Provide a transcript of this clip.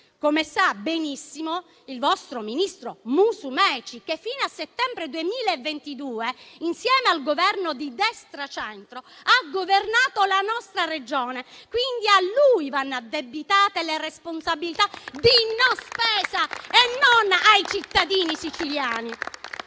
come sa benissimo il vostro ministro Musumeci, che, fino a settembre 2022, insieme al Governo di destra-centro, ha governato la nostra Regione. Quindi, a lui vanno addebitate le responsabilità di non spesa, non ai cittadini siciliani!